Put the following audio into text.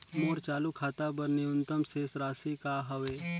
मोर चालू खाता बर न्यूनतम शेष राशि का हवे?